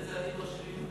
איזה צעדים מרשימים?